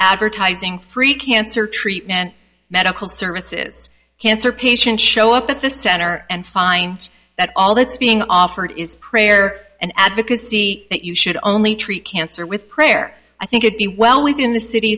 advertising free cancer treatment medical services cancer patients show up at the center and find that all that's being offered is prayer and advocacy that you should only treat cancer with prayer i think it be well within the city